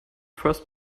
first